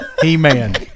He-Man